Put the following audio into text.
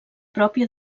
pròpia